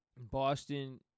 Boston